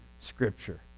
scripture